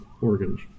organs